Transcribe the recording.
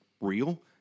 real